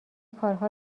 کارها